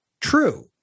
true